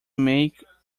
make